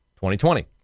2020